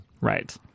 Right